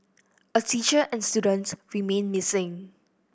a teacher and student remain missing